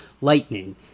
lightning